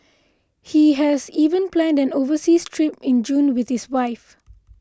he has even planned an overseas trip in June with his wife